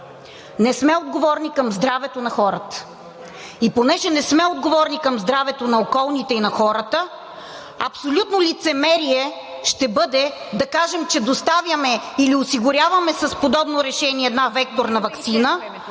Не сме отговорни към здравето на хората. И понеже не сме отговорни към здравето на околните и на хората, абсолютно лицемерие ще бъде да кажем, че доставяме или осигуряваме с подобно решение една векторна ваксина,